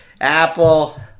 Apple